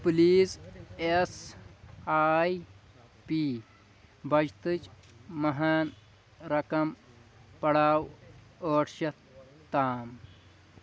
please SIP آیۍ پی بچتٕچ ماہان رقم پڑاو ٲٹھ شؠتھ تام